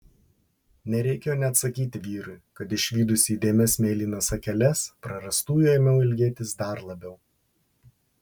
nereikėjo net sakyti vyrui kad išvydusi įdėmias mėlynas akeles prarastųjų ėmiau ilgėtis dar labiau